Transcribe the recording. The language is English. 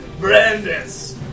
Brandis